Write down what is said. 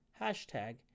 hashtag